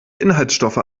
inhaltsstoffe